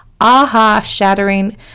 aha-shattering